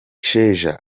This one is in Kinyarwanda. sheja